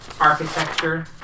architecture